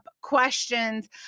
questions